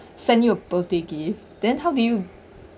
sent you a birthday gift then how do you